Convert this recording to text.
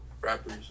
rappers